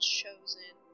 chosen